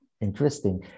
interesting